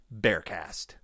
Bearcast